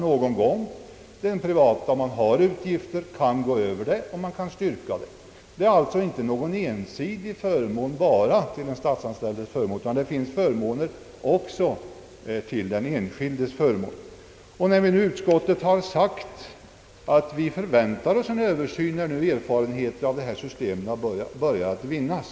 Den som är anställd i privat tjänst och som haft verkliga kostnader som är högre än gällande traktamentsbelopp kan få avdrag härför, bara han kan styrka det. Det är alltså inte här fråga om någon ensidig förmån för de statsanställda, utan även de privatanställda har förmån av detta system. Utskottet har anfört att det förväntar sig en översyn av dessa bestämmelser när erfarenheter av det nya systemet kunnat vinnas.